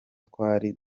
twari